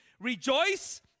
rejoice